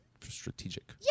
strategic